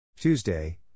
Tuesday